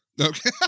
Okay